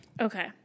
Okay